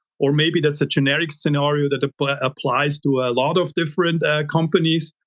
or maybe that's a generic scenario that applies applies to a lot of different companies.